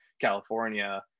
California